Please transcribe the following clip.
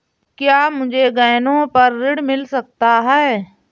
क्या मुझे गहनों पर ऋण मिल सकता है?